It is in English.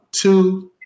two